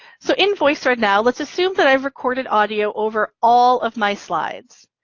so in voicethread now, let's assume that i've recorded audio over all of my slides.